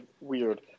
weird